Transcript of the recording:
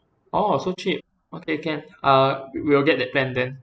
orh so cheap okay can uh we'll get that plan then